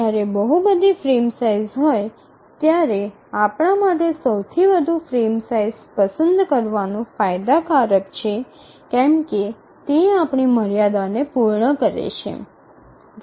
જ્યારે બહુ બધી ફ્રેમ સાઇઝ હોય ત્યારે આપણા માટે સૌથી વધુ ફ્રેમ સાઇઝ પસંદ કરવાનું ફાયદાકારક છે કેમ કે તે આપણી મર્યાદાને પૂર્ણ કરે છે